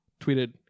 tweeted